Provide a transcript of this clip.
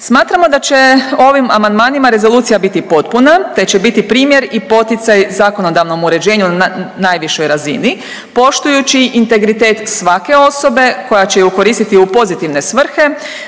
Smatramo da će ovim amandmanima rezolucija biti potpuna, te će biti primjer i poticaj zakonodavnom uređenju na najvišoj razini poštujući integritet svake osobe koja će je koristiti u pozitivne svrhe,